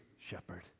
shepherd